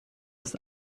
ist